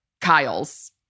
Kyle's